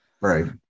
Right